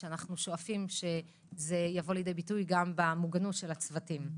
אנחנו שואפים שזה יבוא לידי ביטוי גם במוגנות של הצוותים.